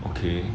okay